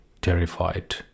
terrified